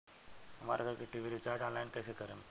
हमार घर के टी.वी रीचार्ज ऑनलाइन कैसे करेम?